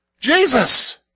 Jesus